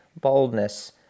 boldness